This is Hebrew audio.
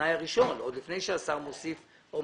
התנאי הראשון, עוד לפני שהשר מוסיף או